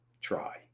try